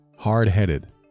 Hard-headed